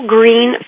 Green